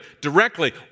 directly